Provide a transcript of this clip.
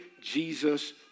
Jesus